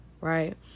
Right